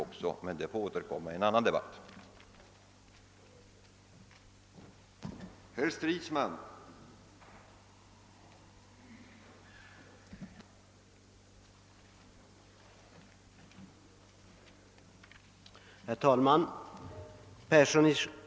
Men härtill får jag återkomma vid ett annat debattillfälle.